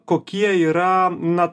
kokie yra na